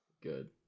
Good